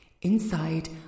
Inside